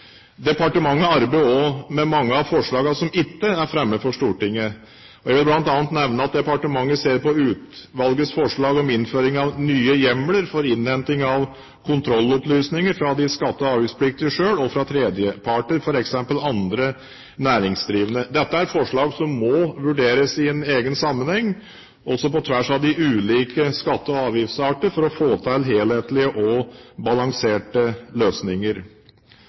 Departementet arbeider også med mange av forslagene som ikke er fremmet for Stortinget. Jeg vil bl.a. nevne at departementet ser på utvalgets forslag om innføring av nye hjemler for innhenting av kontrollopplysninger fra de skatte- og avgiftspliktige selv og fra tredjeparter, f.eks. andre næringsdrivende. Dette er forslag som må vurderes i en egen sammenheng, også på tvers av de ulike skatte- og avgiftsarter, for å få til helhetlige og balanserte løsninger.